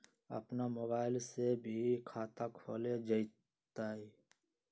अपन मोबाइल से भी खाता खोल जताईं?